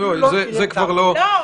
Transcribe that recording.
זה כבר לא --- לא.